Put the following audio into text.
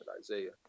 Isaiah